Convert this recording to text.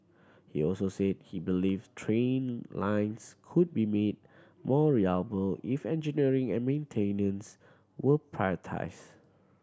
he also said he believed train lines could be made more reliable if engineering and maintenance were prioritised